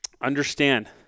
understand